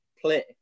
play